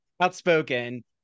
outspoken